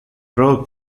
pro